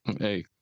Hey